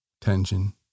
tension